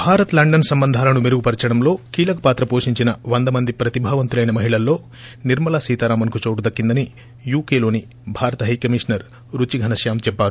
Bharat London సంబంధాలను మెరుగుపరచడంలో కీలకపాత్ర పోషించిన వంద మంది ప్రభావంతులైన మహిళల్లో నిర్మలా సీతారామన్కు చోటు దక్కిందని యూకెలోని భారత హైకమిషనర్ రుచి ఘనశ్యాం చెప్పారు